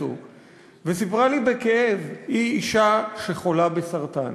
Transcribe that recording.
וסיפרה לי בכאב: היא אישה שחולה בסרטן,